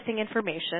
information